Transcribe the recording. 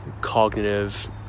cognitive